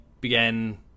began